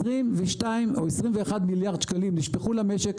21 מיליארד שקלים נשפכו למשק.